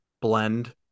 blend